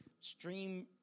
stream